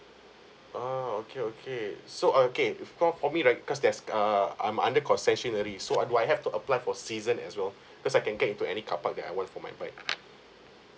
ah okay okay so okay if call for me right cause there's err I'm under concession early so I do I have to apply for season as well because I can get into any carpark that I want for my bike